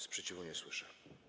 Sprzeciwu nie słyszę.